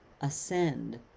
ascend